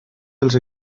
dels